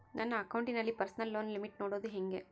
ನನ್ನ ಅಕೌಂಟಿನಲ್ಲಿ personal loan limit ನೋಡದು ಹೆಂಗೆ?